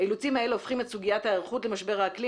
האילוצים האלה הופכים את סוגיית ההיערכות למשבר האקלים